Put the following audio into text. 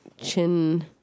chin